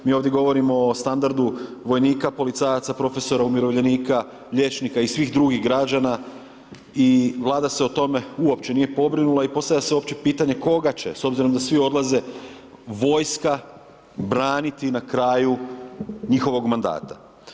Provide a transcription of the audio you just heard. Mi ovdje govorimo o standardu vojnika, policajaca, profesora, umirovljenika, liječnika i svih drugih građana i Vlada se o tome uopće nije pobrinula i postavlja se uopće pitanje koga će s obzirom da svi odlaze vojska braniti na kraju njihovog mandata.